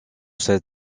cet